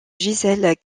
gisèle